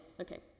okay